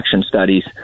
studies